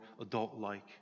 adult-like